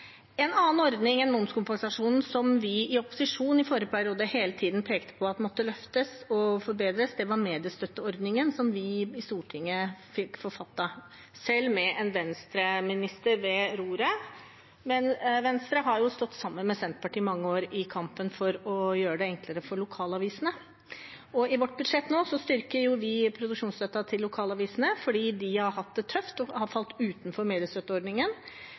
En annen ordning enn momskompensasjonen som vi i opposisjon i forrige periode hele tiden pekte på måtte løftes og forbedres, var mediestøtteordningen, som vi i Stortinget fikk forfattet, selv med en Venstre-minister ved roret. Venstre har stått sammen med Senterpartiet i mange år i kampen for å gjøre det enklere for lokalavisene. I vårt budsjett nå styrker vi produksjonsstøtten til lokalavisene fordi de har hatt det tøft og har falt utenfor